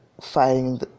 fighting